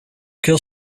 kill